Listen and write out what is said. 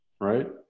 right